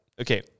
okay